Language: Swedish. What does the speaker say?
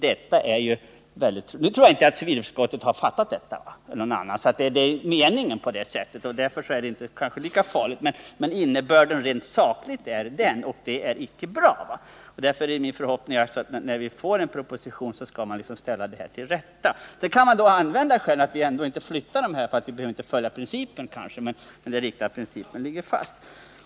Men nu tror jag inte att civilutskottet har begripit att detta blir konsekvensen, och därför är det kanske inte så farligt. Rent sakligt är det dock innebörden av detta, och det är inte bra. Det är därför min förhoppning att vi, när en proposition framläggs i frågan, skall komma till rätta med detta förhållande. Som skäl för att inte flytta kansliet kan anföras att man inte behöver följa principen. Men det är ändå viktigt att principen ligger fast.